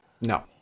No